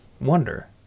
wonder